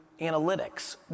analytics